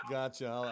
Gotcha